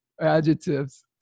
adjectives